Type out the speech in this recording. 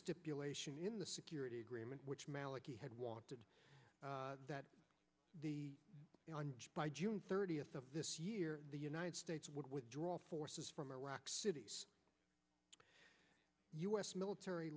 stipulation in the security agreement which maliki had wanted that the by june thirtieth of this year the united states would withdraw forces from iraq cities u s military